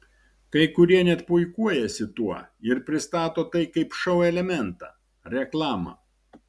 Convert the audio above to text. kai kurie net puikuojasi tuo ir pristato tai kaip šou elementą reklamą